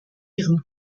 ihrem